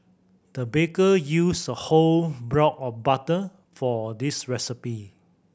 the baker used a whole block of butter for this recipe